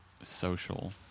social